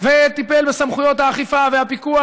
טיפל בסמכויות האכיפה והפיקוח,